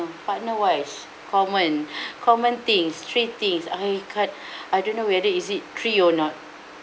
partner wise common common things three things I can't I don't know whether is it three or not